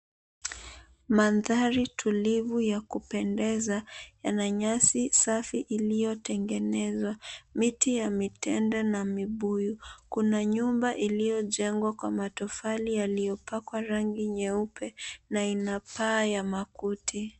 Madhari tulivu ya kupendeza yana nyasi safi iliyotengenezwa, miti ya mitende na mibuyu kuna nyumba iliyojengwa kwa matofali yaliyopakwa rangi nyeupe, na ina paa ya makuti.